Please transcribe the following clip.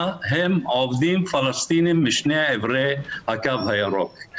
הם עובדים פלסטינים משני עברי הקו הירוק,